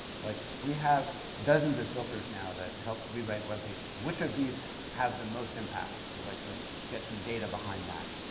like we have dozens of filters now that help rewrite web pages. which of these have the most impact? we'd like to get some data behind that.